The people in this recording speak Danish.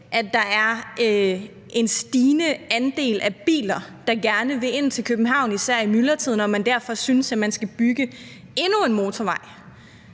at der er en stigende andel af biler, der gerne vil ind til København især i myldretiden, og man derfor synes, at man skal bygge endnu en motorvej